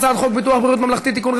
הצעת חוק ביטוח בריאות ממלכתי (תיקון,